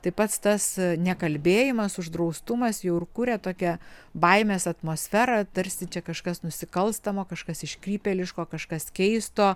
tai pats tas nekalbėjimas uždraustumas jau ir kuria tokią baimės atmosferą tarsi čia kažkas nusikalstamo kažkas iškrypėliško kažkas keisto